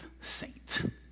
saint